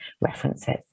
references